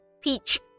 Peach